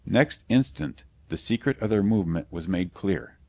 next instant the secret of their movement was made clear!